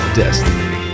destiny